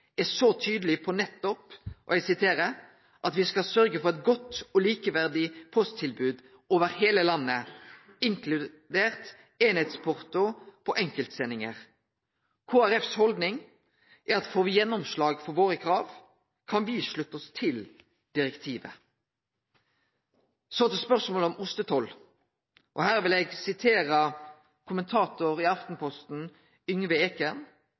er så tydeleg på nettopp at: «Vi skal fortsatt sørge for et godt og likeverdig posttilbud over hele landet, inkludert enhetsporto på enkeltsendinger.» Kristeleg Folkepartis haldning er at får vi gjennomslag for våre krav, kan vi slutte oss til direktivet. Så til spørsmålet om ostetoll. Her vil eg sitere kommentator i Aftenposten, Yngve